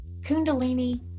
Kundalini